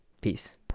Peace